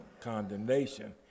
condemnation